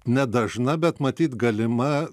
nedažna bet matyt galima